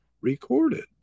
recorded